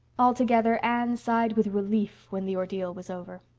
altogether, anne sighed with relief when the ordeal was over.